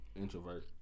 Introvert